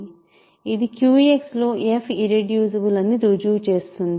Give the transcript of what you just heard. ఇది QX లో f irreducible అని రుజువు చేస్తుంది